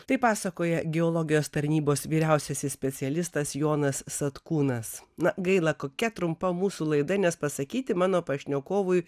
tai pasakoja geologijos tarnybos vyriausiasis specialistas jonas satkūnas na gaila kokia trumpa mūsų laida nes pasakyti mano pašnekovui